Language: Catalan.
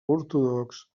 ortodox